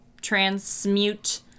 transmute